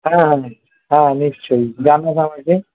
হ্যাঁ হ্যাঁ হ্যাঁ নিশ্চয়ই জানাস আমাকে